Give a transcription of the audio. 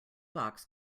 box